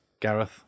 Gareth